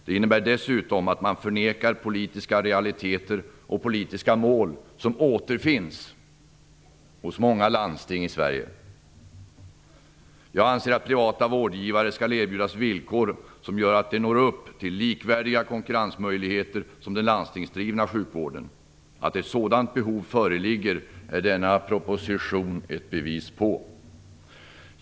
Det innebär dessutom att man förnekar politiska realiteter och politiska mål, som återfinns hos många landsting i Jag anser att privata vårdgivare skall erbjudas villkor som gör att de når upp till likvärdiga konkurrensmöjligheter som den landstingsdrivna sjukvården. Att ett sådant behov föreligger är denna proposition ett bevis på.